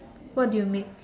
what do you make